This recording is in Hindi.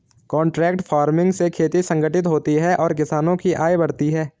कॉन्ट्रैक्ट फार्मिंग से खेती संगठित होती है और किसानों की आय बढ़ती है